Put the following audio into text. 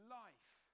life